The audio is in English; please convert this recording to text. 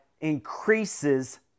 increases